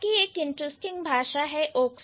हालांकि एक इंटरेस्टिंग भाषा है Oksapmin